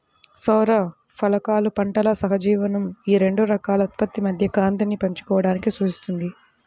సౌర ఫలకాలు పంటల సహజీవనం ఈ రెండు రకాల ఉత్పత్తి మధ్య కాంతిని పంచుకోవడాన్ని సూచిస్తుంది